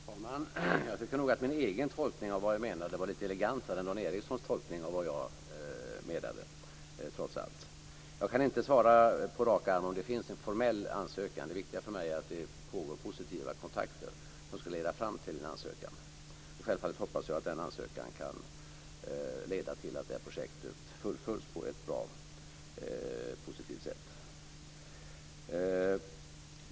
Fru talman! Jag tycker nog att min egen tolkning av vad jag menade var lite elegantare än Dan Ericssons tolkning, trots allt. Jag kan inte på rak arm svara på om det finns en formell ansökan. Det viktiga för mig är att det pågår positiva kontakter som ska leda fram till en ansökan. Självfallet hoppas jag att denna ansökan kan leda till att det här projektet fullföljs på ett bra och positivt sätt.